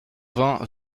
vingt